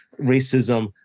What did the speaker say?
racism